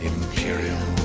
Imperial